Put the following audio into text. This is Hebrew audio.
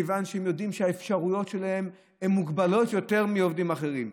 מכיוון שהם יודעים שהאפשרויות שלהם מוגבלות יותר משל עובדים אחרים.